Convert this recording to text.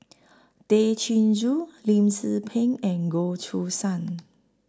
Tay Chin Joo Lim Tze Peng and Goh Choo San